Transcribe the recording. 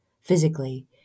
Physically